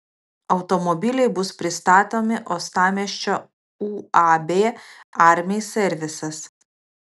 automobiliai bus pristatomi uostamiesčio uab armi servisas